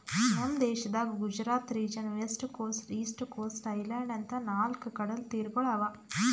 ನಮ್ ದೇಶದಾಗ್ Gujarat region, west coast, east coast, island ಅಂತಾ ನಾಲ್ಕ್ ಕಡಲತೀರಗೊಳ್ ಅವಾ